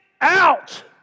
out